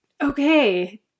Okay